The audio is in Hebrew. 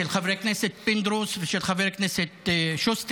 של חבר הכנסת פינדרוס ושל חבר הכנסת שוסטר,